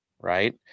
right